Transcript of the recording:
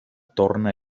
torna